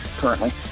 currently